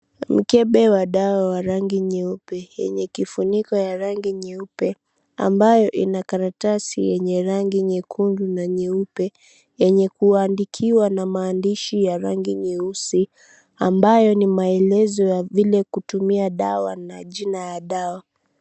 Mkebe wa dawa wa rangi nyeupe, yenye kifuniko ya rangi nyeupe, ambayo ina karatasi yenye rangi nyekundu, na nyeupe. Yenye kuwaandikiwa na maandishi ya rangi nyeusi, ambayo ni maelezo ya vile kutumia dawa na jina ya dawa.